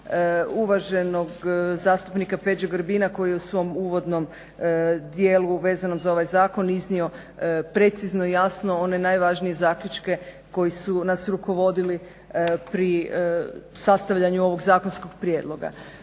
uvaženog zastupnika Peđe Grbina koji je u svom uvodnom dijelu vezano za ovaj Zakon iznio precizno i jasno one najvažnije zaključke koji su nas rukovodili pri sastavljanju ovog zakonskog prijedloga.